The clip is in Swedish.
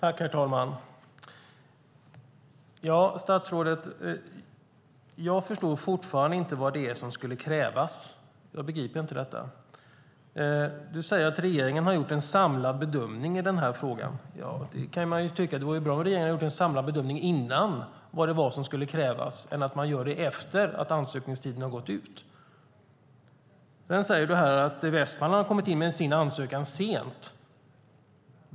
Herr talman! Ja, statsrådet, jag förstår fortfarande inte vad som skulle krävas. Jag begriper inte det. Du säger att regeringen har gjort en samlad bedömning i frågan. Det kan man ju tycka. Det hade varit bra om regeringen hade gjort en samlad bedömning av vad som skulle krävas innan ansökningstiden gick ut i stället för att göra det efteråt. Sedan säger du att Västmanland har kommit in sent med sin ansökan.